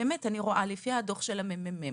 אני רואה לפי דוח הממ"מ,